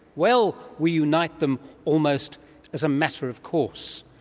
well, we unite them almost as a matter of course.